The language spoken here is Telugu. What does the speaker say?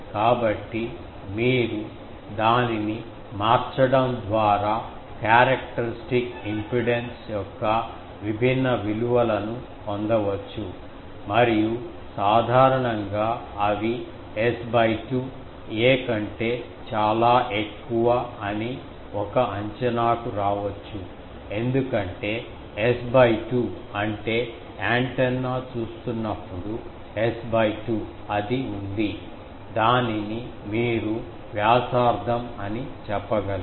కాబట్టి మీరు దానిని మార్చడం ద్వారా క్యారెక్టర్స్టిక్ ఇంపిడెన్స్ యొక్క విభిన్న విలువలను పొందవచ్చు మరియు సాధారణంగా అవి S 2 "a‟ కంటే చాలా ఎక్కువ అని ఒక అంచనాకు రావచ్చు ఎందుకంటే S 2 అంటే యాంటెన్నా చూస్తున్నప్పుడు S 2 అది ఉంది దానిని మీరు వ్యాసార్థం అని చెప్పగలరు